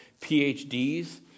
PhDs